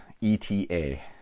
E-T-A